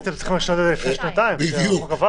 הייתם צריכים לעשות את זה כבר שנתיים כשהחוק עבר.